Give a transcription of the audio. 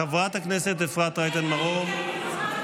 חברת הכנסת אפרת רייטן מרום, קריאה ראשונה.